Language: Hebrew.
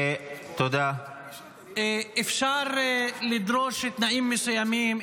אפשר לדרוש תנאים מסוימים,